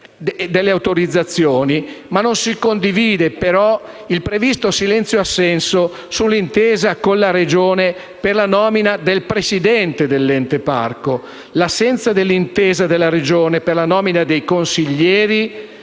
autorizzazioni, ma non si condivide il previsto silenzio-assenso sull’intesa con la Regione per la nomina del presidente dell’ente parco. Inoltre, l’assenza dell’intesa con la Regione per la nomina dei consiglieri